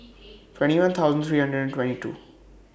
twenty one thousand three hundred and twenty two